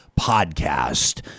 podcast